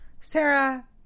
Sarah